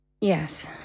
Yes